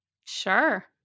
Sure